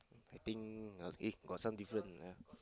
I think uh eh got some different ah